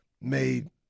made